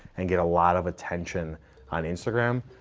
and get a lot of attention on instagram,